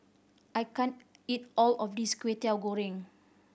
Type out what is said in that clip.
I can't eat all of this Kway Teow Goreng